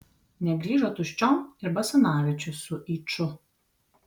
negrįžo tuščiom ir basanavičius su yču